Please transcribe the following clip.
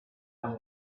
him